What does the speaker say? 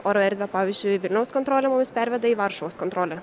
oro erdvę pavyzdžiui vilniaus kontrolė mumis perveda į varšuvos kontrolę